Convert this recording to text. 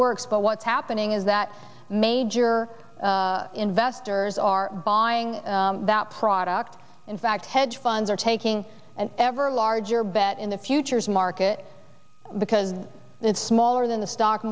works but what's happening is that major investors are buying that product in fact hedge funds are taking an ever larger bet in the futures market because it's smaller than the stock